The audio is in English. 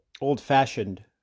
old-fashioned